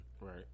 Right